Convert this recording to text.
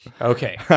Okay